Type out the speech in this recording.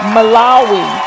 Malawi